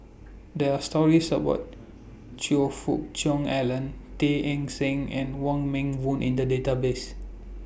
There Are stories about Choe Fook Cheong Alan Tay Eng Soon and Wong Meng Voon in The Database